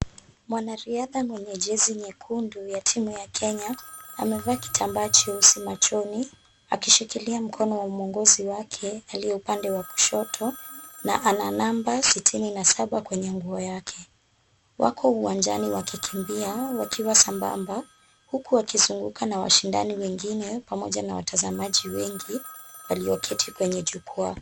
Mwanariadha mwenye jezi nyekundu ya timu ya Kenya amevaa kitambaa cheusi machoni akishikilia mkono wa mwongozi wake aliye upande wa kushoto na ana namba sitini na saba kwenye nguo yake. Wako uwanjani wakikimbia wakiwa sambamba huku wakizunguka na washindani wengine pamoja na watazamaji wengi walioketi kwenye jukwaa.